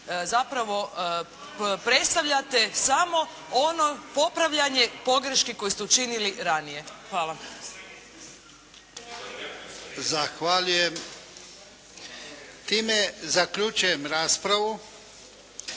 zapravo predstavljate samo ono popravljanje pogreški koje ste učinili ranije. Hvala. **Jarnjak, Ivan (HDZ)** Zahvaljujem. Time zaključujem raspravu.